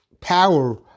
power